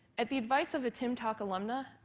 at the advice of a timtalk alumna,